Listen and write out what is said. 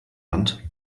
land